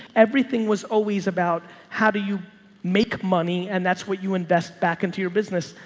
everything was always about how do you make money and that's what you invest back into your business,